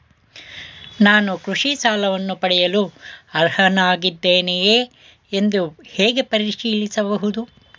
ನಾನು ಕೃಷಿ ಸಾಲವನ್ನು ಪಡೆಯಲು ಅರ್ಹನಾಗಿದ್ದೇನೆಯೇ ಎಂದು ಹೇಗೆ ಪರಿಶೀಲಿಸಬಹುದು?